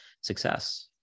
success